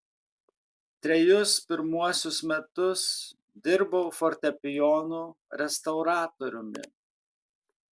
trejus pirmuosius metus dirbau fortepijonų restauratoriumi